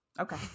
Okay